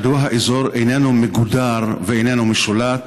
1. מדוע האזור איננו מגודר ואיננו משולט?